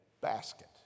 basket